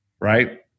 right